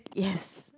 yes